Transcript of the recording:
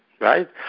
right